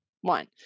one